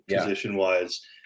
position-wise